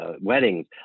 weddings